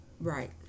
Right